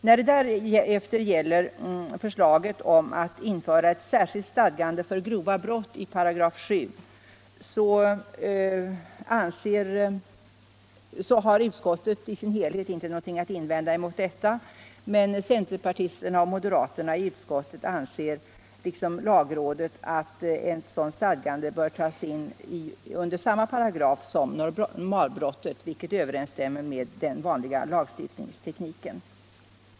Förslaget att i 7 § införa ett särskilt stadgande för grova brott har utskottet i sin helhet inte någonting att invända mot men centerpartisterna och moderaterna i utskottet anser liksom lagrådet att ett sådant stadgande bör tas in under samma paragraf som normalbrottet, vilket överensstämmer med den vanliga lagstiftningstekniken.